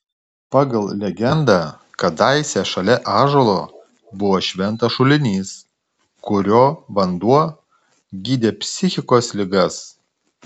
pagal legendą kadaise šalia ąžuolo buvo šventas šulinys kurio vanduo gydė psichikos ligas